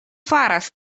faras